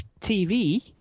TV